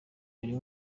buri